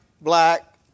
black